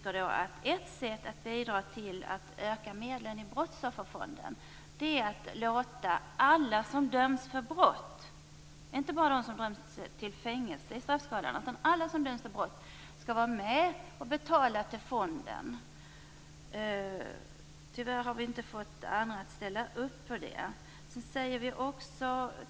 Ett sätt att utöka medlen i brottsofferfonden är att låta alla som döms för brott - inte bara dem som döms till fängelse i straffskalan - skall vara med och betala till fonden. Tyvärr har vi inte fått andra att ställa upp på detta.